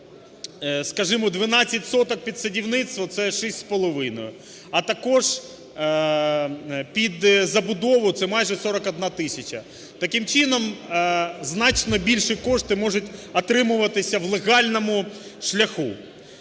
скажімо, 12 соток під садівництво – це 6,5. А також під забудову – це майже 41 тисяча. Таким чином, значно більші кошти можуть отримуватися в легальному шляху.